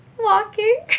walking